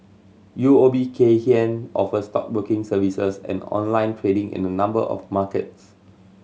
U O B Kay Hian offers stockbroking services and online trading in a number of markets